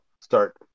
start